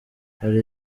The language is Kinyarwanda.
hari